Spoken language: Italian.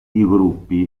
gruppi